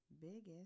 Biggest